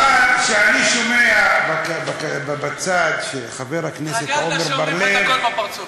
אבל כשאני שומע בצד שחבר הכנסת עמר בר-לב,